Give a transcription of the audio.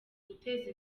guteza